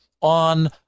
on